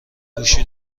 گوشی